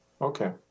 Okay